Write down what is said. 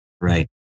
Right